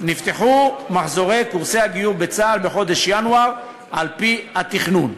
נפתחו מחזורי קורסי הגיור בצה"ל בחודש ינואר על-פי התכנון.